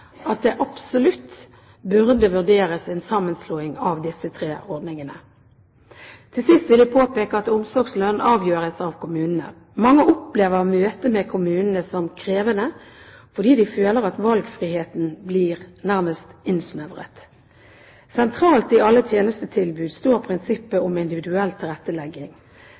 at det absolutt burde vurderes en sammenslåing av disse tre ordningene. Til sist vil jeg påpeke at omsorgslønn avgjøres av kommunene. Mange opplever møtet med kommunene som krevende fordi de føler at valgfriheten blir nærmest innsnevret. Sentralt i alle tjenestetilbud står prinsippet om individuell tilrettelegging.